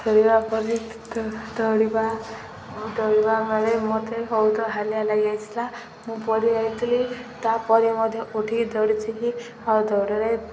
ଧରିବା ପରେ ଦୌଡ଼ିବା ଦୌଡ଼ିବା ବେଳେ ମୋତେ ବହୁତ ହାଲିଆ ଲାଗିଯାଇଥିଲା ମୁଁ ପଡ଼ି ଯାଇଥିଲି ତା'ପରେ ମଧ୍ୟ ଉଠିକି ଦୌଡ଼ିଛିି ଆଉ ଦୌଡ଼ରେ